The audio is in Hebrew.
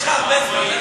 יש לך הרבה זמן,